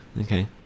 Okay